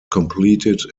completed